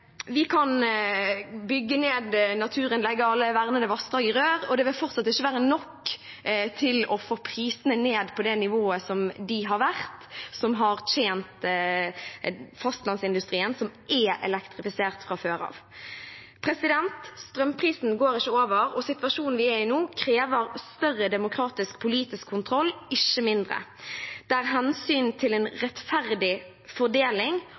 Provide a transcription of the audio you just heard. Vi kan bygge ned naturen, legge alle vernede vassdrag i rør, og det vil fortsatt ikke være nok til å få prisene ned på det nivået som de har vært på, som har tjent fastlandsindustrien, som er elektrifisert fra før av. Strømprisen går ikke over. Situasjonen vi er i nå, krever større demokratisk, politisk kontroll, ikke mindre. Hensynet til en rettferdig fordeling